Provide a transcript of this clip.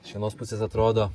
iš vienos pusės atrodo